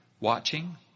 watching